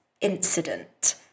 incident